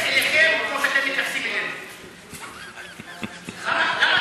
תודה רבה,